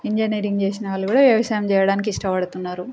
engineering చేసిన వాళ్ళు కూడా వ్యవసాయం చేయడానికి ఇష్టపడుతున్నారు